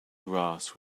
grass